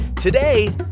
Today